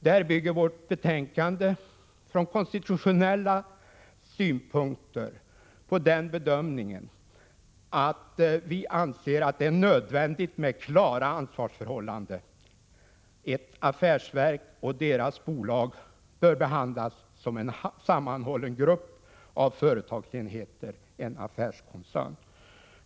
Där bygger vårt betänkande från konstitutionell synpunkt på den bedömningen att vi anser att det är nödvändigt med klara ansvarsförhållanden. Ett affärsverk och dess bolag bör behandlas som en sammanhållen grupp av företagsenheter, en affärskoncern.